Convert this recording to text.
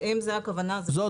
אם זו הכוונה, זה בסדר.